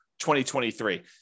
2023